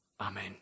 Amen